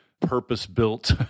purpose-built